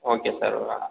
okay sir